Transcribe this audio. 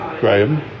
Graham